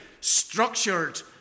structured